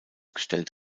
gestellt